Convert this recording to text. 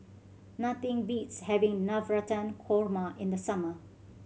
nothing beats having Navratan Korma in the summer